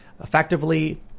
Effectively